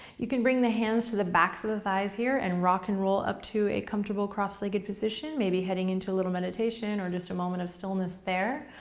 you can bring the hands to the backs of the thighs here and rock and roll up to a comfortable cross-legged position, maybe heading into a little meditation or just a moment of stillness there.